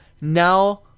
now